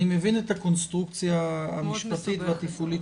אני מבין את הקונסטרוקציה המשפטית והתפעולית